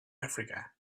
africa